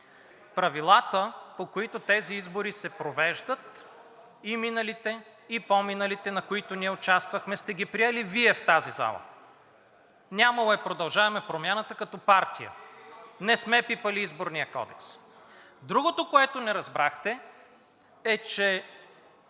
правилата, по които тези избори се провеждат – и миналите, и по-миналите, на които ние участвахме, сте ги приели Вие в тази зала. Нямало я е „Продължаваме Промяната“ като партия. Не сме пипали Изборния кодекс. Другото, което не разбрахте, е, че